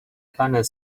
planet